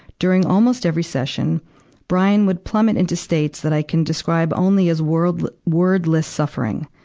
during almost every session brian would plummet into states that i can describe only as world, wordless suffering.